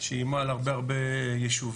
שאיימה על הרבה ישובים.